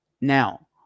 Now